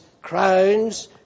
crowns